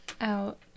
out